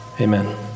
Amen